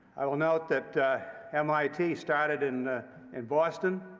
i will note that mit started in in boston,